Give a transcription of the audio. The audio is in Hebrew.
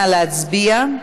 נא להצביע.